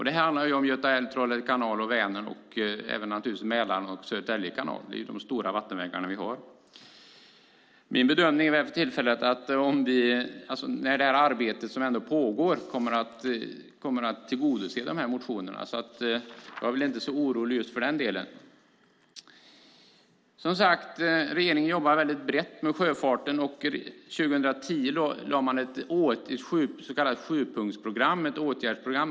Detta handlar om Göta älv, Trollhätte kanal och Vänern och naturligtvis även om Mälaren och Södertälje kanal. Det är de stora vattenvägar som vi har. Min bedömning är för tillfället att det arbete som pågår kommer att tillgodose dessa motioner. Jag är därför inte så orolig just för den delen. Regeringen jobbar som sagt mycket brett med sjöfarten. År 2010 lade man fram ett så kallat sjupunktsprogram, ett åtgärdsprogram.